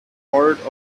part